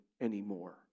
anymore